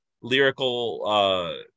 lyrical